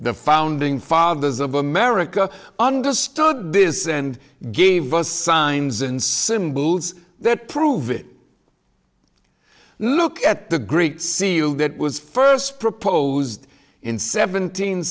the founding fathers of america understood this and gave us signs and symbols that prove it look at the great see you that was first proposed in seventeen